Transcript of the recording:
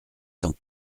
cent